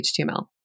HTML